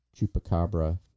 chupacabra